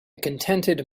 contented